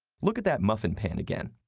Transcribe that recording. look at that muffin pan again.